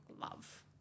love